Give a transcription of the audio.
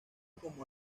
como